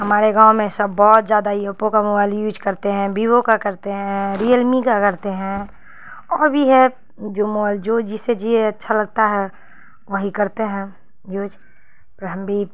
ہمارے گاؤں میں سب بہت زیادہ ہی اوپو کا موبائل یوج کرتے ہیں بیوو کا کرتے ہیں ریئلمی کا کرتے ہیں اور بھی ہے جو موبائل جو جس سے جی اچھا لگتا ہے وہی کرتے ہیں یوج پر ہم بھی